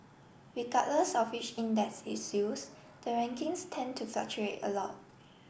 regardless of which index is used the rankings tend to fluctuate a lot